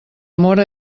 móra